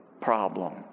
problem